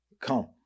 come